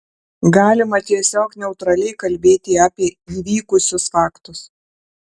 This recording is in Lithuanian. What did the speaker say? galima tiesiog neutraliai kalbėti apie įvykusius faktus